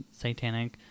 satanic